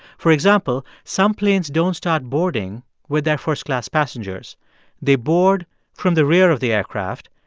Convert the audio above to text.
for example, some planes don't start boarding with their first class passengers they board from the rear of the aircraft,